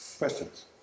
Questions